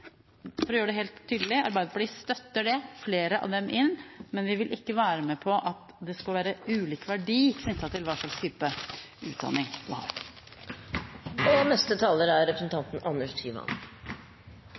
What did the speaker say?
for å gjøre det helt tydelig – støtter Arbeiderpartiet å få flere av dem inn, men vi vil ikke være med på at det skal være ulik verdi knyttet til hva slags type utdanning man har.